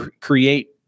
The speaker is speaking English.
create